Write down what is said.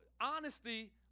honesty